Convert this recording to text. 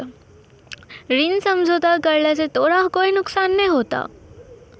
ऋण समझौता करला स तोराह कोय नुकसान नाय होथा